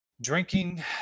drinking